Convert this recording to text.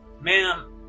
ma'am